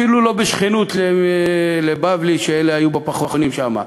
אפילו לא בשכנות לבבלי, אלה שהיו בפחונים שם,